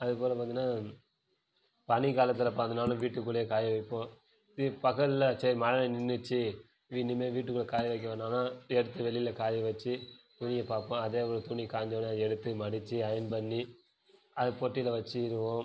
அதே போல் பார்த்தீங்கன்னா பனி காலத்தில் பார்த்தீன்னாலும் வீட்டுக்குள்ளேயே காய வைப்போம் இது பகலில் சரி மழை நின்றுட்ச்சி இனிமேல் வீட்டுக்குள்ளே காய வைக்க வேணான்னால் எடுத்து வெளியில் காய வெச்சு துணியை பார்ப்போம் அதே போல் துணி காஞ்ச உடனே அதை எடுத்து மடித்து அயன் பண்ணி அதை பொட்டியில் வெச்சுடுவோம்